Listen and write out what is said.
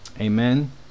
Amen